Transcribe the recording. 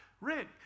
Rick